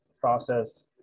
process